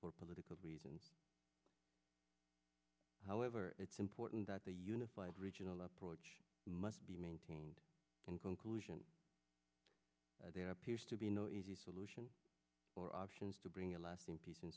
for political reasons however it's important that the unified regional approach must be maintained in conclusion there appears to be no easy solution or options to bring a lasting peace in